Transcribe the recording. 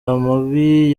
amabi